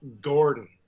Gordon